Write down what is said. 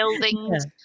buildings